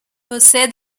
você